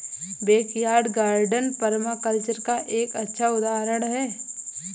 backyard garden permaculture का एक अच्छा उदाहरण हैं